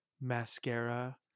mascara